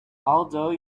although